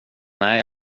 nej